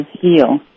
heal